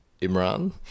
Imran